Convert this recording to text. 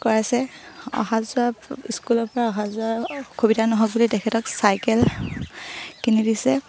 কৰাইছে অহা যোৱা স্কুলৰপৰা অহা যোৱাৰ অসুবিধা নহওক বুলি তেখেতক চাইকেল কিনি দিছে